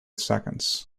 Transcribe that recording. seconds